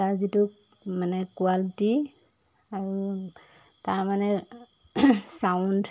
তাৰ যিটো মানে কোৱালিটি আৰু তাৰ মানে ছাউণ্ড